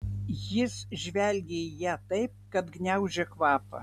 jis žvelgė į ją taip kad gniaužė kvapą